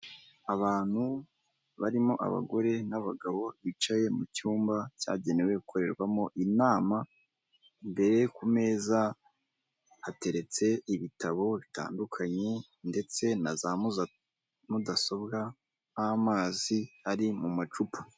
Abantu barimo abagore n'abagabo bicaye mucyumba cyagenewe gukorerwamo inama mbere ku meza hateretse ibitabo bitandukanye ndetse na za mudasobwa nk'amazi ari mu macupa.